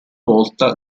volta